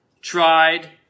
tried